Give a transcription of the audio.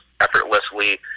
effortlessly